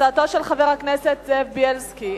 הצעתו של חבר הכנסת זאב בילסקי,